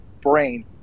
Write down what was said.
brain